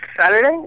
Saturday